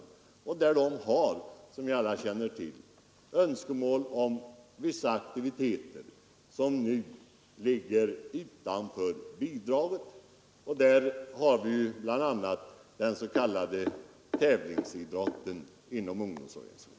Som alla känner till har Riksidrottsförbundet önskemål om bidrag till vissa aktiviteter som nu faller utanför bidragsramarna, bl.a. den s.k. tävlingsidrotten inom ungdomsorganisationerna.